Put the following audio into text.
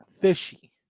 Fishy